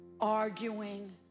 arguing